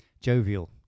jovial